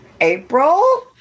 april